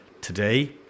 Today